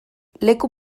leku